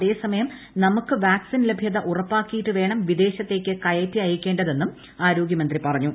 അതേസമയം നമുക്ക് വാക്സിൻ ലഭ്യത ഉറപ്പാക്കിയിട്ട് വേണം വിദേശത്തേക്ക് കയറ്റി അയക്കേണ്ടതെന്നും ആരോഗ്യമന്ത്രി പറഞ്ഞു